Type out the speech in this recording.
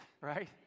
right